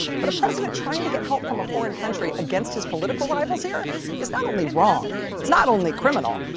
but a president trying to get help from a foreign country against his political rivals here is not only wrong, it's not only criminal,